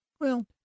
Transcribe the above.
Well